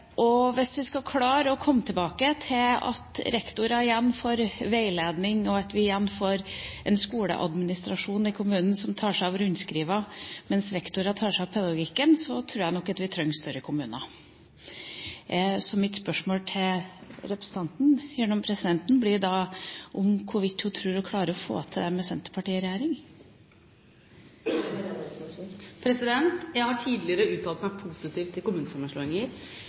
er. Hvis vi skal klare å komme tilbake dit hvor vi igjen får en skoleadministrasjon i kommunen som tar seg av rundskrivene, mens rektorene tar seg av veiledning og av pedagogikken, tror jeg nok vi trenger større kommuner. Så mitt spørsmål til representanten Aasen blir da hvorvidt hun tror hun klarer å få til det med Senterpartiet i regjering. Jeg har tidligere uttalt meg positivt om kommunesammenslåinger,